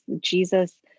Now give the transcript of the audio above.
Jesus